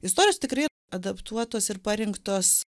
istorijos tikrai adaptuotos ir parinktos